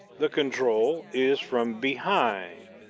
the control is from behind,